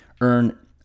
earn